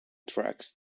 tracks